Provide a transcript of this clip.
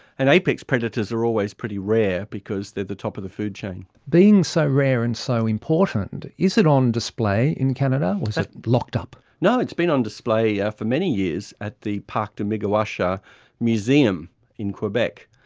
and apex predators are always pretty rare because they are the top of the food chain. being so rare and so important, is it on display in canada or is it locked up? no, it's been on display ah for many years at the parc de miguasha museum in quebec,